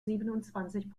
siebenundzwanzig